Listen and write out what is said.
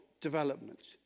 development